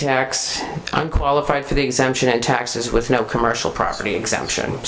i'm qualified for the exemption in taxes with no commercial property exemption